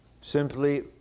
simply